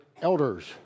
elders